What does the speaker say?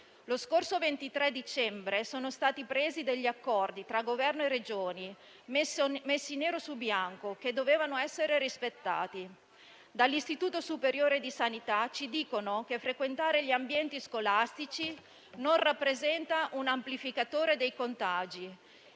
Lo scorso 23 dicembre sono stati presi degli accordi tra Governo e Regioni; accordi che, messi nero su bianco, dovevano essere rispettati. Dall'Istituto superiore di sanità dicono che frequentare gli ambienti scolastici non rappresenta un amplificatore dei contagi